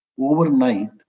overnight